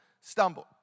stumbled